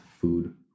food